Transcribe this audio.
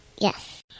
Yes